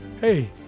Hey